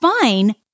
fine